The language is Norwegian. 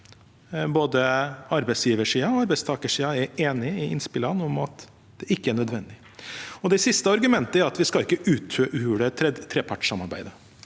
arbeidsgiversiden og arbeidstakersiden er enig i innspillene om at det ikke er nødvendig. Det siste argumentet er at vi ikke skal uthule trepartssamarbeidet.